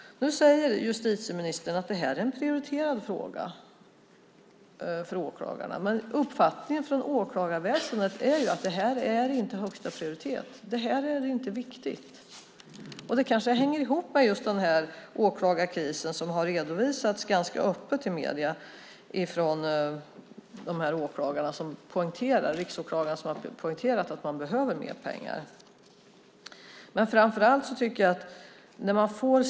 Nu säger justitieministern att det här är en prioriterad fråga för åklagarna. Men uppfattningen från åklagarväsendet är att detta inte har högsta prioritet, att detta inte är viktigt. Kanske hänger det ihop med den åklagarkris som ganska öppet har redovisats i medierna från åklagarna. Riksåklagaren har poängterat att det behövs mer pengar.